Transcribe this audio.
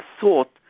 thought